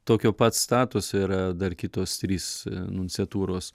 tokio pat statuso yra dar kitos trys nunciatūros